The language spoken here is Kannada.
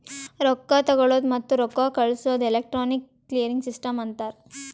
ರೊಕ್ಕಾ ತಗೊಳದ್ ಮತ್ತ ರೊಕ್ಕಾ ಕಳ್ಸದುಕ್ ಎಲೆಕ್ಟ್ರಾನಿಕ್ ಕ್ಲಿಯರಿಂಗ್ ಸಿಸ್ಟಮ್ ಅಂತಾರ್